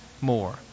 more